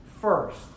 First